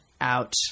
out